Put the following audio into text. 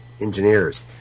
engineers